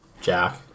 Jack